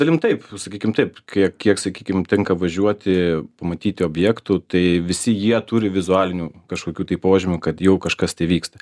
dalim taip sakykim taip kiek kiek sakykim tenka važiuoti pamatyti objektų tai visi jie turi vizualinių kažkokių tai požymių kad jau kažkas tai vyksta